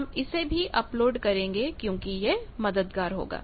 हम इसे भी अपलोड करेंगे क्योंकि यह मददगार होगा